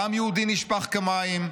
דם יהודי נשפך כמים,